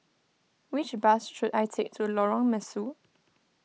which bus should I take to Lorong Mesu